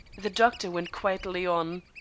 the doctor went quietly on